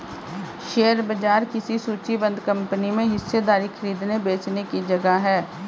share बाजार किसी सूचीबद्ध कंपनी में हिस्सेदारी खरीदने बेचने की जगह है